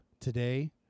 today